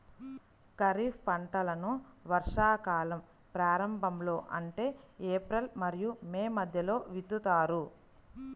ఖరీఫ్ పంటలను వర్షాకాలం ప్రారంభంలో అంటే ఏప్రిల్ మరియు మే మధ్యలో విత్తుతారు